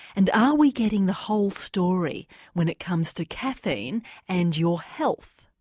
and, are we getting the whole story when it comes to caffeine and your health?